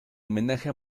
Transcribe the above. homenaje